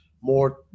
more